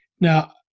Now